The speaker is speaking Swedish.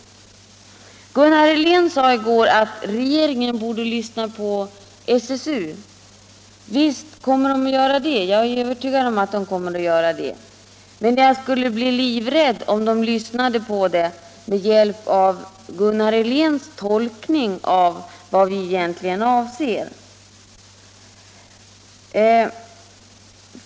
Han sade att regeringen borde lyssna på SSU. Visst kommer den att göra det. Jag är övertygad om att den kommer att göra det. Men jag skulle bli livrädd om den lyssnade med hjälp av Gunnar Heléns tolkning av vad vi egentligen avser.